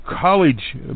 college